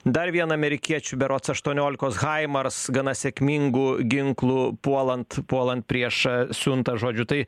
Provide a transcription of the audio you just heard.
dar vieną amerikiečių berods aštuoniolikos haimars gana sėkmingų ginklų puolant puolant priešą siuntą žodžiu tai